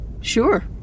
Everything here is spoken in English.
sure